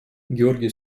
георгий